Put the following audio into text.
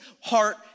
heart